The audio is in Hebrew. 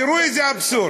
תראו איזה אבסורד.